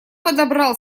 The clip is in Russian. подобрал